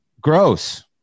Gross